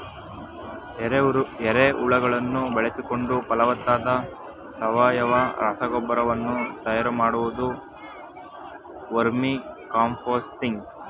ಎರೆಹುಳುಗಳನ್ನು ಬಳಸಿಕೊಂಡು ಫಲವತ್ತಾದ ಸಾವಯವ ರಸಗೊಬ್ಬರ ವನ್ನು ತಯಾರು ಮಾಡುವುದು ವರ್ಮಿಕಾಂಪೋಸ್ತಿಂಗ್